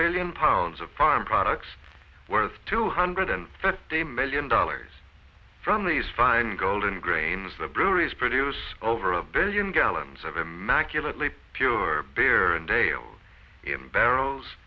billion pounds of farm products worth two hundred and a million dollars from these fine golden grains the breweries produce over a billion gallons of immaculately pure bayer and dale in barrels